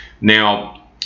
Now